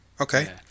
Okay